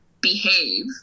behave